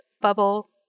bubble